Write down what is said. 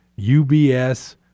UBS